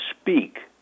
speak